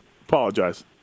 Apologize